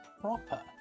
proper